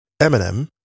Eminem